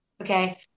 Okay